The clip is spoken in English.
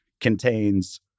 contains